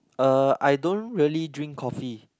uh I don't really drink coffee